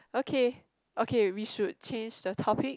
okay okay we should change the topic